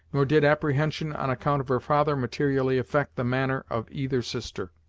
nor did apprehension on account of her father materially affect the manner of either sister.